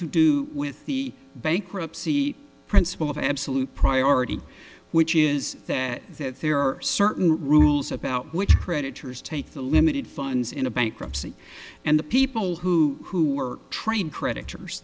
to do with the bankruptcy principle of absolute priority which is that the there are certain rules about which creditors take the limited funds in a bankruptcy and the people who who were trained creditors